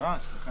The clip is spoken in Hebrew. אוסאמה.